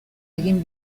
egin